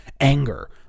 anger